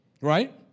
Right